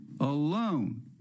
alone